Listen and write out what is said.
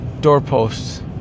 doorposts